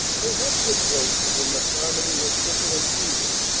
they had good voices, and the harmony was simple and pleasing.